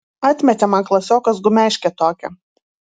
atmetė man klasiokas gumeškę tokią